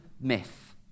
myth